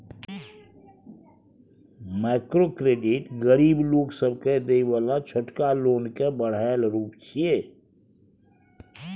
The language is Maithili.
माइक्रो क्रेडिट गरीब लोक सबके देय बला छोटका लोन के बढ़ायल रूप छिये